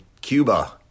cuba